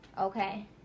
okay